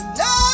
no